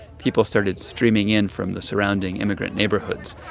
people started streaming in from the surrounding immigrant neighborhoods.